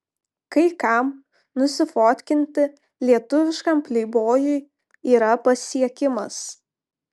kai kam nusifotkinti lietuviškam pleibojui yra pasiekimas